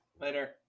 Later